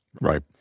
Right